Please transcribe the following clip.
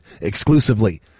exclusively